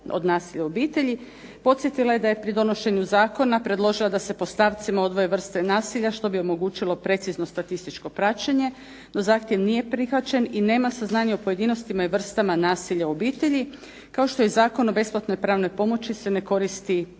od nasilja u obitelji, podsjetila je da je pri donošenju zakona predložila da se po stavcima odvoje vrste nasilja, što bi omogućilo precizno statističko praćenje, no zahtjev nije prihvaćen, i nema saznanje o pojedinostima i vrstama nasilja u obitelji, kao što je Zakon o besplatnoj pravnoj pomoći se ne koristi